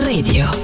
Radio